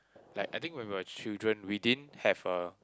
like I think when we were children we didn't have a